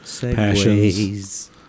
passions